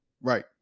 right